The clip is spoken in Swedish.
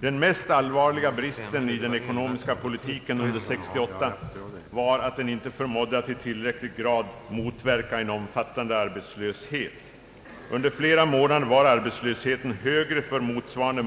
Den mest allvarliga bristen i den ekonomiska politiken under 1968 var att den inte förmådde att i tillräcklig grad motverka en omfattande arbetslöshet. Under flera månader var arbetslösheten högre än för motsvarande